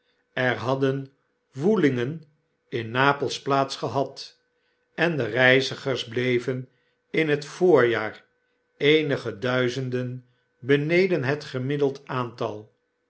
er hadden woelingen in napels plaats hehad en de reizigers bleven in dat voorjaar eenige duizenden beneden het gemiddeld getal